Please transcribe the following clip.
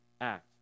act